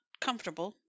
comfortable